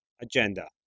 agenda